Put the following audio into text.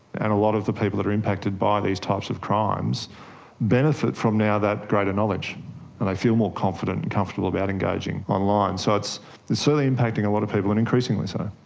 and a lot of the people that are impacted by these types of crimes benefit from now that greater knowledge, and they feel more confident and comfortable about engaging online. so it's certainly impacting a lot of people and increasingly so.